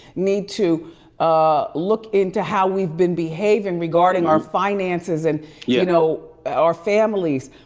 need to ah look into how we've been behaving regarding our finances and you know our families.